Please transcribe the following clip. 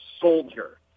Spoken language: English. soldier